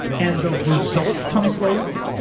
and the results come slowly,